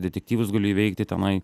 detektyvus galiu įveikti tenai